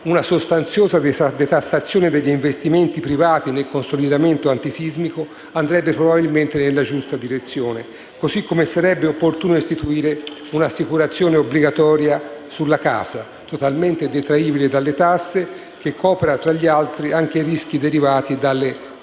una sostanziosa detassazione degli investimenti privati nel consolidamento antisismico andrebbe probabilmente nella giusta direzione. Allo stesso modo, sarebbe opportuno istituire un'assicurazione obbligatoria sulla casa, totalmente detraibile dalle tasse, che copra, tra gli altri, anche i rischi derivanti dalle calamità